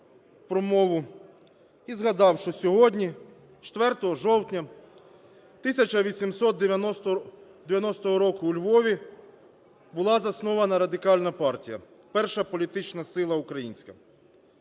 і згадав, що сьогодні, 4 жовтня 1890 року у Львові була заснована Радикальна партія – перша політична сила українська.